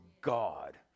God